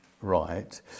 right